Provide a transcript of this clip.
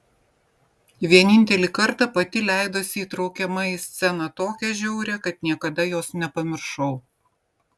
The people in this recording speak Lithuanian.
vienintelį kartą pati leidosi įtraukiama į sceną tokią žiaurią kad niekada jos nepamiršau